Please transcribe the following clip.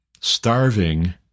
starving